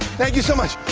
thank you so much.